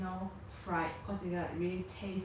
oh ya but I think I prefer yangnyeom